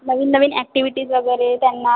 नवीन नवीन ॲक्टिविटीज वगैरे त्यांना